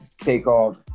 Takeoff